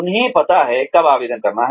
उन्हें पता है कब आवेदन करना है